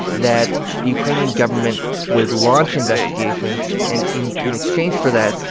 that the ukrainian government would launch investigations, and in in exchange for that,